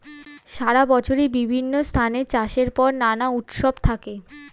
সারা বছরই বিভিন্ন স্থানে চাষের পর নানা উৎসব থাকে